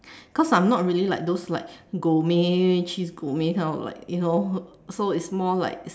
cos I'm not really like those like gourmet cheese gourmet kind of like you know so it's more like